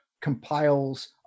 compiles